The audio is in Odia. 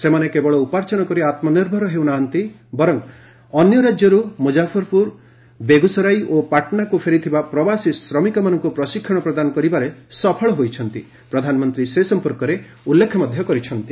ସେମାନେ କେବଳ ଉପାର୍ଜନ କରି ଆତ୍କନିର୍ଭର ହେଉ ନାହାନ୍ତି ବରଂ ଅନ୍ୟ ରାଜ୍ୟରୁ ମୁଜାଫର୍ପୁର ବେଗୁସରାଇ ଓ ପାଟନାକୁ ଫେରିଥିବା ପ୍ରବାସୀ ଶ୍ରମିକମାନଙ୍କୁ ପ୍ରଶିକ୍ଷଣ ପ୍ରଦାନ କରିବାରେ ସଫଳ ହୋଇଛନ୍ତି ପ୍ରଧାନମନ୍ତ୍ରୀ ସେ ସମ୍ପର୍କରେ ଉଲ୍ଲେଖ କରିଛନ୍ତି